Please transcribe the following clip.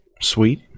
Sweet